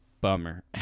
bummer